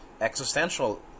existential